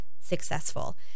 successful